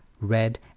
red